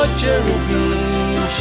cherubim